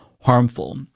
harmful